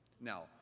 Now